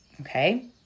okay